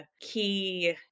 key